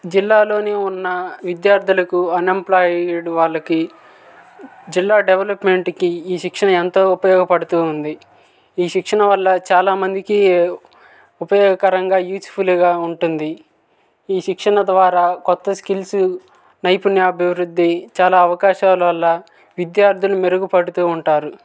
జిల్లాలోని ఉన్న విధ్యార్థులకు అన్ ఎంప్లొయీడ్ వాళ్ళకి జిల్లా డెవలప్మెంట్కి ఈ శిక్షణ ఎంతో ఉపయోగపడుతుంది ఈ శిక్షణ వల్ల చాలా మందికి ఉపయోగకరంగా యూస్ఫుల్గా ఉంటుంది ఈ శిక్షణ ద్వారా కొత్త స్కిల్స్ నైపుణ్య అభివృద్ధి అవకాశాల వల్ల విధ్యార్థులు మెరుగుపడుతుంటారు